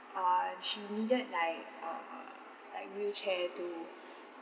uh she needed like uh like wheelchair to